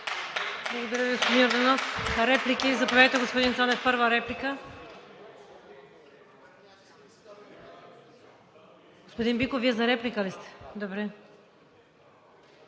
Благодаря Ви, господин Йорданов. Реплики? Заповядайте, господин Цонев – първа реплика. Господин Биков, Вие за реплика ли сте? Добре.